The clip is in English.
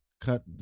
cut